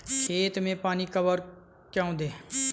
खेत में पानी कब और क्यों दें?